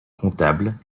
comptable